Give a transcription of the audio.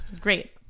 Great